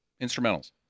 Instrumentals